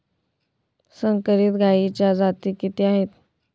संकरित गायीच्या जाती किती आहेत?